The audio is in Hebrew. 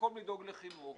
במקום לדאוג לשיפור החינוך,